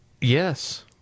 Yes